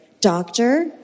doctor